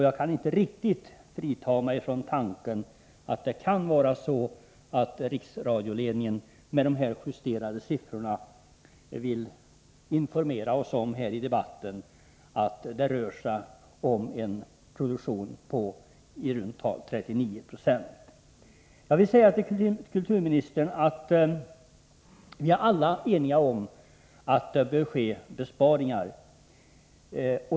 Jag kan inte riktigt frita mig från tanken att det kan vara så att riksradioledningen med dessa justerade siffror vill informera oss om att det rör sig om en produktion på i runt tal 39 90. Jag vill säga till kulturministern att vi alla är eniga om att företa besparingar.